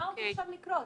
מה עוד צריך לקרות?